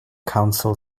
council